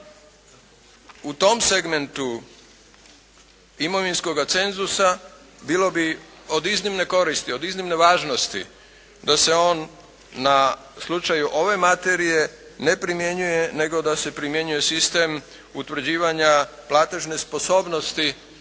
u tom segmentu imovinskoga cenzusa bilo bi od iznimne koristi, od iznimne važnosti da se on na slučaju ove materije ne primjenjuje nego da se primjenjuje sistem utvrđivanja platežne sposobnosti